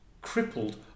crippled